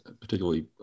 particularly